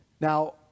Now